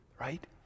right